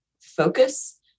focus